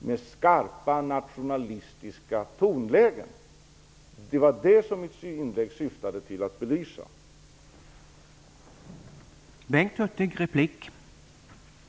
Mitt inlägg syftade till att belysa detta.